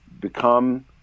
become